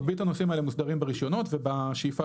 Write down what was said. מרבית הנושאים האלה מוסדרים ברישיונות ובשאיפה